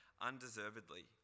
undeservedly